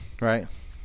right